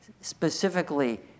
specifically